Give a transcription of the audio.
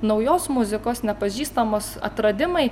naujos muzikos nepažįstamos atradimai